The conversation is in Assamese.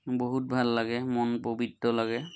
বহুত ভাল লাগে মন পবিত্ৰ লাগে